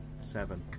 Seven